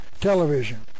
television